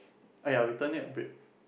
ah ya we turned it a bit